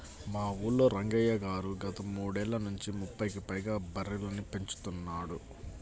మా ఊల్లో రంగయ్య గారు గత మూడేళ్ళ నుంచి ముప్పైకి పైగా బర్రెలని పెంచుతున్నాడు